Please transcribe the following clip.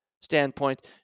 standpoint